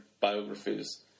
biographies